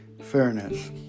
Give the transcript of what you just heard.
fairness